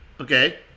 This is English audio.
Okay